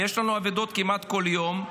ויש לנו אבדות כמעט בכל יום,